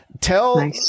tell